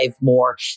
more